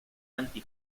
anti